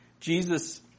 Jesus